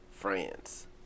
France